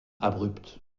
abrupte